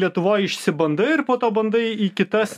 lietuvoj išsibandai ir po to bandai į kitas